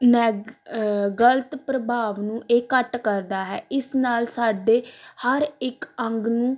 ਨੈਗ ਗਲਤ ਪ੍ਰਭਾਵ ਨੂੰ ਇਹ ਘੱਟ ਕਰਦਾ ਹੈ ਇਸ ਨਾਲ ਸਾਡੇ ਹਰ ਇੱਕ ਅੰਗ ਨੂੰ